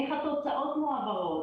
איך התוצאות מועברות,